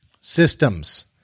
Systems